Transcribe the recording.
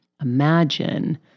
Imagine